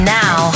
now